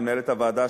למנהלת הוועדה,